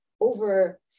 over